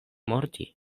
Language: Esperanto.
morti